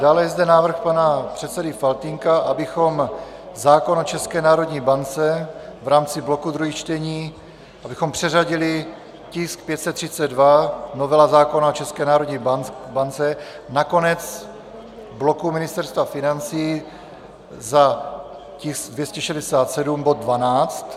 Dále je zde návrh pana předsedy Faltýnka, abychom zákon o České národní bance v rámci bloku druhých čtení, abychom přeřadili tisk 532, novela zákona o České národní bance, na konec bloku Ministerstva financí za tisk 267 , bod 12.